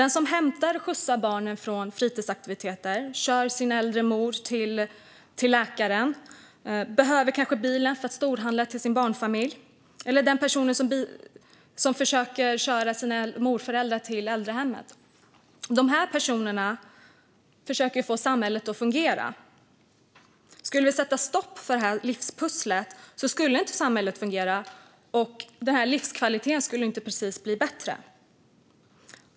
Den som skjutsar sina barn till och från fritidsaktiviteter, kör sin äldre mor till läkaren, tar bilen för att storhandla till familjen eller kör sina morföräldrar till äldreboendet försöker få samhället att fungera. Skulle vi sätta stopp för detta slutar samhället att fungera och livskvaliteten skulle knappast bli bättre.